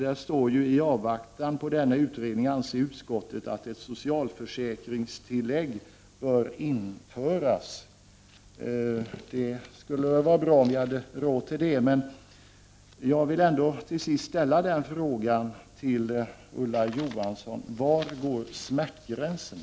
I den står följande: ”I avvaktan på denna utredning anser utskottet att ett socialförsäkringstillägg bör införas.” Det skulle vara bra om vi hade råd med det. Jag vill till sist ställa frågan till Ulla Johansson: Var går smärtgränsen?